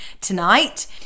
tonight